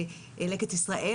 "לקט ישראל",